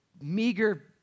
meager